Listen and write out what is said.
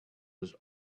was